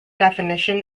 definition